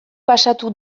pasatu